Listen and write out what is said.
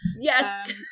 Yes